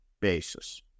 basis